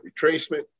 retracement